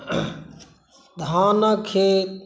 धानक खेत